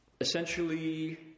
Essentially